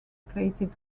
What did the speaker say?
plated